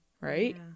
right